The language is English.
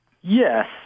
yes